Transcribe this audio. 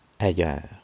ailleurs